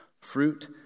fruit